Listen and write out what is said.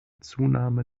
zunahme